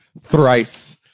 Thrice